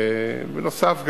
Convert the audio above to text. בנוסף,